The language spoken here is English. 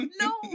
no